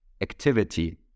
activity